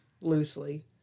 loosely